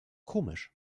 komisch